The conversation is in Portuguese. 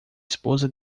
esposa